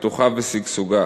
פיתוחה ושגשוגה.